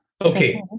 Okay